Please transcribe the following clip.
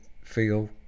feel